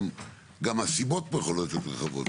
גם הסיבות פה יכולות להיות רחבות.